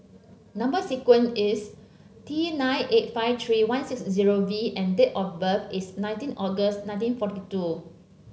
number sequence is T nine eight five three one six zero V and date of birth is nineteen August nineteen forty two